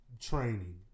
training